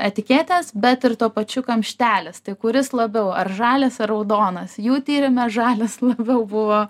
etiketės bet ir tuo pačiu kamštelis kuris labiau ar žalias ar raudonas jų tyrime žalias labiau buvo